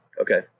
Okay